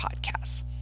podcasts